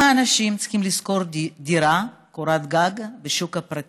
הם צריכים לשכור דירה, קורת גג, בשוק הפרטי.